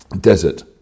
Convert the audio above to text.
desert